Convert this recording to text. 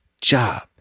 job